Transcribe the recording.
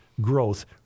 growth